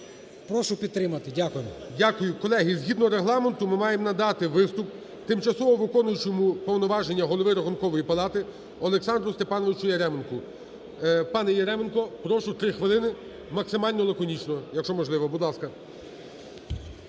Прошу підтримати. Дякую. ГОЛОВУЮЧИЙ. Дякую. Колеги, згідно Регламенту, ми маємо надати виступ тимчасово виконуючому повноваження голови Рахункової палати Олександру Степанович Яременку. Пане Яременко, прошу, 3 хвилини, максимально лаконічно, якщо можливо, будь ласка.